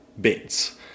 bits